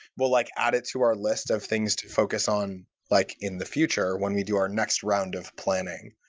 we'll like add it to our list of things to focus on like in the future when we do our next round of planning.